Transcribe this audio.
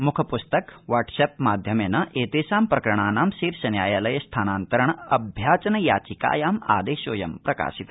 मुखपुस्तक WhatsApp माध्यमेन एतेषा प्रकरणाना शीर्ष न्यायालये स्थानान्तरण अभ्याचन याचिकायाम् आदेशोऽयं प्रकाशित